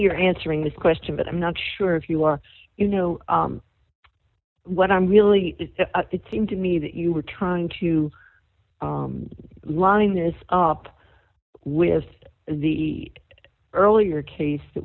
you're answering this question but i'm not sure if you are you know what i'm really did seem to me that you were trying to line up with the earlier case that